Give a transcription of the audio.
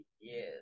yes